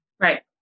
Right